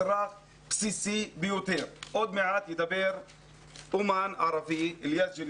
יש ייחוד לאוכלוסייה הערבית.